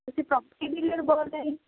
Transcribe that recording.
ਤੁਸੀਂ property dealer ਬੋਲਦੇ ਹੋ ਜੀ